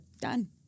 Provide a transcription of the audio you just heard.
Done